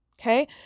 okay